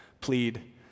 plead